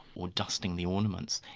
or dusting the ornaments,